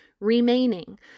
remaining